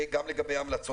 וגם לגבי המלצות: